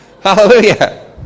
Hallelujah